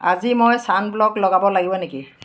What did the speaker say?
আজি মই ছান ব্লক লগাব লাগিব নেকি